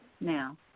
now